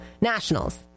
Nationals